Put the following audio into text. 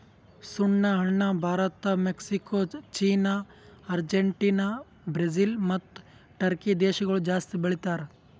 ಸುಣ್ಣ ಹಣ್ಣ Bharat, Mexico, China, Argentina, Brazil ಮತ್ತ ಟರ್ಕಿ ದೇಶಗೊಳ್ ಜಾಸ್ತಿ ಬೆಳಿತಾರ್